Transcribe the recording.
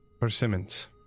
Persimmons